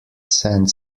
sent